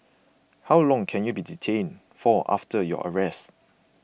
how long can you be detained for after your arrest